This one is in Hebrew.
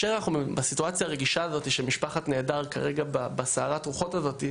בסיטואציה הרגישה הזאת של משפחת נעדר שנמצאת בסערת הרוחות הזאת,